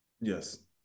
Yes